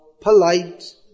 polite